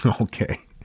Okay